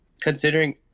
Considering